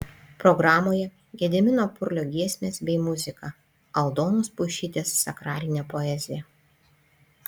programoje gedimino purlio giesmės bei muzika aldonos puišytės sakralinė poezija